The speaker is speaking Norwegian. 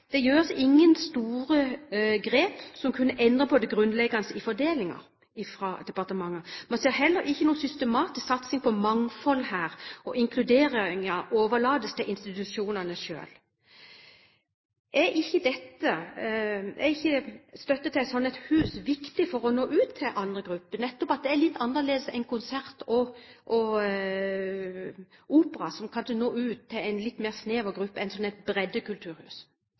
ser heller ikke noen systematisk satsing på mangfold her, og inkluderingen overlates til institusjonene selv.» Er ikke støtte til et slikt hus viktig for å nå ut til andre grupper, nettopp fordi det er litt annerledes enn konserter og opera, som kanskje når ut til en litt mer snever gruppe enn et slikt breddekulturhus gjør? Min påstand er vel at de som i dag får støtte over posten Nasjonale kulturbygg, er kulturhus